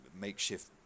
makeshift